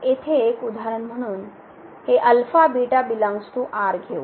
आता येथे एक उदाहरण म्हणून हे घेऊ